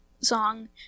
song